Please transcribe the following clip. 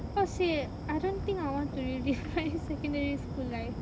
how to say I don't think I want to relive my secondary school live